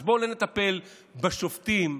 אז בואו נטפל בשופטים,